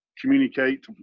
communicate